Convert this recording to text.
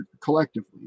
collectively